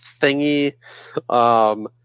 thingy